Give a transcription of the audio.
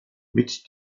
mit